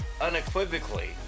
unequivocally